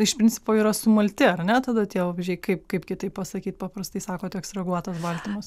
iš principo yra sumalti ar ne tada tie vabzdžiai kaip kaip kitaip pasakyt paprastai sakot ekstrahuotas baltymas